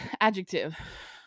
adjective